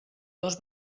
dos